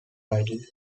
titles